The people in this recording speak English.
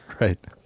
right